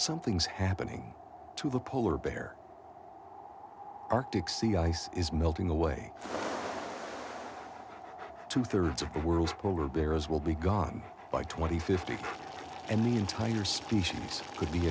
something's happening to the polar bear arctic sea ice is melting away two thirds of the world's polar bears will be gone by twenty fifty and the entire species could be